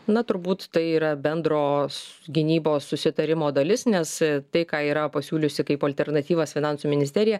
na turbūt tai yra bendros gynybos susitarimo dalis nes tai ką yra pasiūliusi kaip alternatyvas finansų ministerija